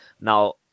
Now